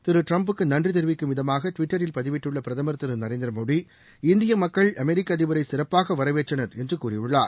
திரு டிரம்புக்கு நன்றி தெரிவிக்கும் விதமாக டிவிட்டரில் பதிவிட்டுள்ள பிரதமர் திரு நரேந்திர மோடி இந்திய மக்கள் அமெரிக்க அதிபரை சிறப்பாக வரவேற்றனர் என்று கூறியுள்ளார்